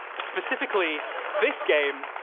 specifically this game,